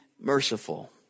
merciful